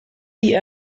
sie